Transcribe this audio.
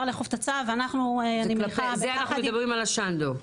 זה אנחנו מדברים על השנדו.